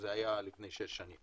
זה היה לפני שש שנים,